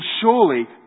surely